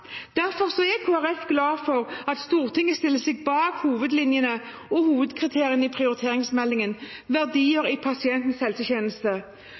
Derfor er Kristelig Folkeparti glad for at Stortinget stiller seg bak hovedlinjene og hovedkriteriene i prioriteringsmeldingen, Verdier i pasientens helsetjeneste.